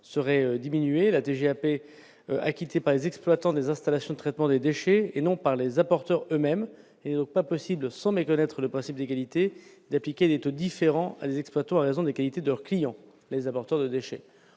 serait diminuée, la TGAP acquittés par les exploitants des installations de traitement des déchets, et non par les apporteurs eux-mêmes et non pas possible sans méconnaître le principe d'égalité, d'appliquer des taux différents, les exploitants à raison de la qualité de leurs clients, les apporteurs de déchets,